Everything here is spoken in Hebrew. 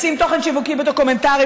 לשים תוכן שיווקי בדוקומנטרי,